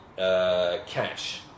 Cash